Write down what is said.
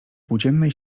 płóciennej